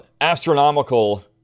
astronomical